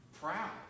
proud